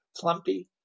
Plumpy